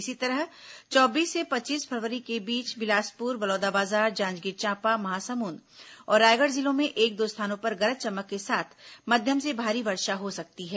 इसी तरह चौबीस से पच्चीस फरवरी के बीच बिलासपुर बलौदाबाजार जांजगीर चांपा महासमुंद और रायगढ़ जिलों में एक दो स्थानों पर गरज चमक के साथ मध्यम से भारी वर्षा हो सकती है